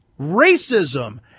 racism